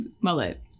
mullet